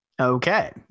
Okay